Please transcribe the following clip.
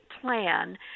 plan